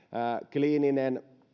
kliininen